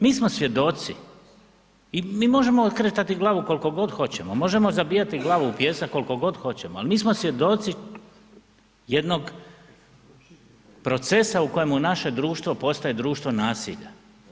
Mi smo svjedoci i mi možemo okretati glavu koliko god hoćemo, možemo zabijati glavu u pjesak koliko god hoćemo ali mi smo svjedoci jednog procesa u kojemu naše društvo postaje društvo nasilja.